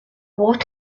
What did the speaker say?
what